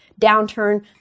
downturn